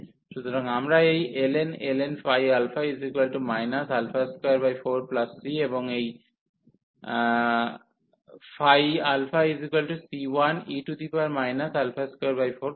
সুতরাং আমরা এই ln ϕα 24c এবং এই c1e 24 পাব